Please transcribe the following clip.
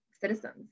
citizens